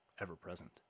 ever-present